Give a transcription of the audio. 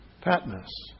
Patmos